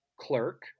clerk